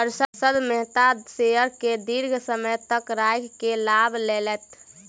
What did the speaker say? Harshad Mehta share के दीर्घ समय तक राइख के लाभ लेलैथ